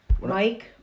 Mike